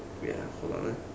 ya hold on ah